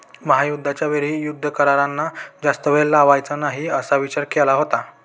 महायुद्धाच्या वेळी युद्ध करारांना जास्त वेळ लावायचा नाही असा विचार केला होता